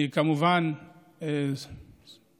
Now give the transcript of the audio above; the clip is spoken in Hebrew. אני כמובן מגבה